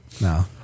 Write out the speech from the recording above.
No